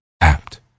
apt